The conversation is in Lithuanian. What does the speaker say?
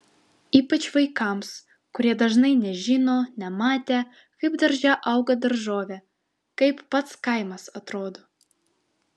ypač vaikams kurie dažnai nežino nematę kaip darže auga daržovė kaip pats kaimas atrodo